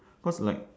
cause like